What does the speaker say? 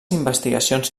investigacions